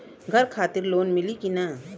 घर खातिर लोन मिली कि ना?